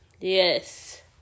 yes